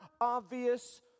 obvious